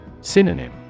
Synonym